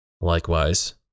Likewise